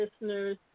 listeners